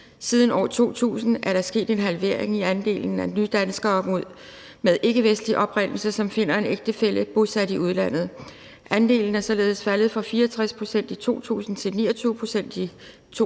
Siden år 2000 er der sket en halvering i andelen af nydanskere med ikkevestlig oprindelse, som finder en ægtefælle bosat i udlandet. Andelen er således faldet fra 64 pct. i 2000 til 29 pct. i 2009,